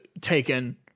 taken